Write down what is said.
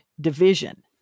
Division